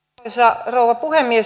arvoisa rouva puhemies